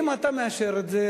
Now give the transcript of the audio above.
ואם אתה מאשר את זה,